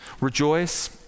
Rejoice